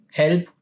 help